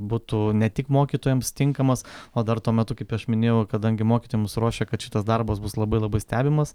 būtų ne tik mokytojoms tinkamas o dar tuo metu kaip aš minėjau kadangi mokytojai mus ruošė kad šitas darbas bus labai labai stebimas